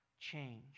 change